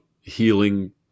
healing